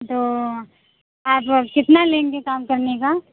तो आप कितना लेंगे काम करने का